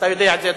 ואתה יודע את זה,